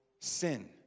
sin